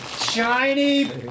Shiny